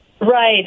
Right